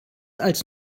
als